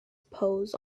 pose